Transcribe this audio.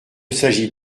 s’agit